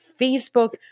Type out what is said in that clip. Facebook